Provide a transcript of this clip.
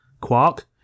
Quark